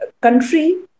Country